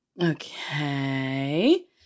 Okay